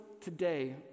today